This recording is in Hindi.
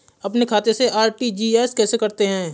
अपने खाते से आर.टी.जी.एस कैसे करते हैं?